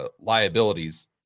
liabilities